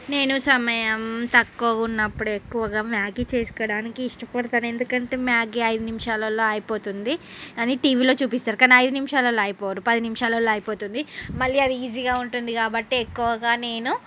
నేను సమయం తక్కువ ఉన్నప్పుడు ఎక్కువగా మ్యాగీ చేసుకోవడానికి ఇష్టపడతాను ఎందుకంటే మ్యాగీ ఐదు నిమిషాలల్లో అయిపోతుంది అని టీవీలో చూపిస్తారు కానీ ఐదు నిమిషాలలో అయిపోదు పది నిమిషాలలో అయిపోతుంది మళ్ళీ అది ఈజీగా ఉంటుంది కాబట్టి ఎక్కువగా నేను